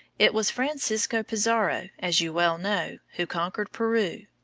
it was francisco pizarro, as you well know, who conquered peru.